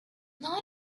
not